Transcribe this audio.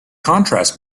contrast